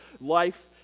life